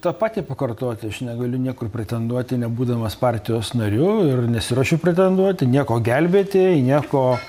tą patį pakartoti aš negaliu niekur pretenduoti nebūdamas partijos nariu ir nesiruošiu pretenduoti nieko gelbėti nieko